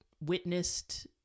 witnessed